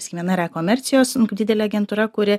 sakykim ir e komercijos didelė agentūra kuri